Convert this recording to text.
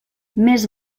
més